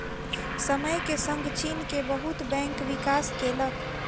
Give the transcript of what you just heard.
समय के संग चीन के बहुत बैंक विकास केलक